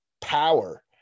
power